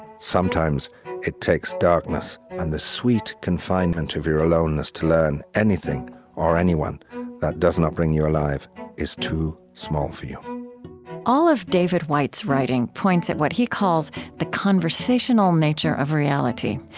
sometimes it takes darkness and the sweet confinement of your aloneness to learn anything or anyone that does not bring you alive is too small for you all of david whyte's writing points at what he calls the conversational nature of reality.